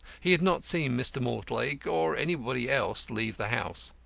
he had not seen mr. mortlake or anybody else leave the house.